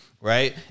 right